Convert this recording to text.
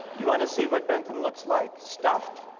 you want to see what bentham looks like stuffed?